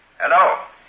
Hello